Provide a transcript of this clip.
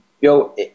yo